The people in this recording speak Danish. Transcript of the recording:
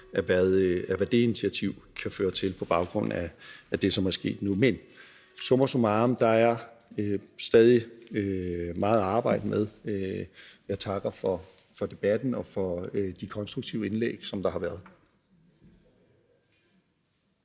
til hvad det initiativ kan føre til, på baggrund af det, som er sket nu. Men summa summarum, der er stadig meget at arbejde med. Jeg takker for debatten og for de konstruktive indlæg, som der har været.